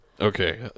Okay